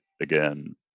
again